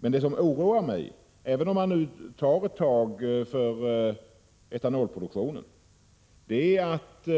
Men det som oroar mig — även om man nu tar ett tag för etanolproduktionen — är att